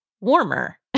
warmer